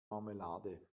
marmelade